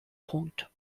punkt